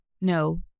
No